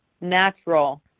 natural